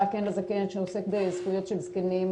"כן לזקן" שעוסק בזכויות של זקנים,